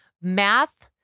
math